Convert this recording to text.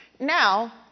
Now